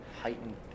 heightened